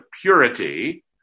purity